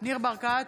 ניר ברקת,